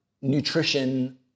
nutrition